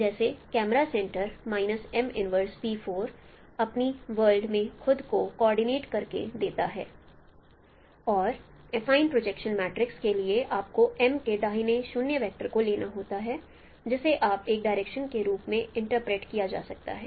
जैसे camera centre अपनी world में खुद को कोऑर्डिनेट करके देता है और एफाइन प्रोजेक्शन मैट्रिक्स के लिए आपको M के दाहिने 0 वेक्टर को लेना होता है और जिसे आप एक डायरेक्शन के रूप में इंटरप्रेट किया जा सकता हैं